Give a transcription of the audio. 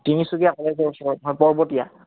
তিনিচুকীয়া কলেজৰ ওচৰত অঁ পৰ্বতীয়া